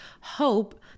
hope